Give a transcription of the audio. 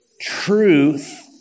truth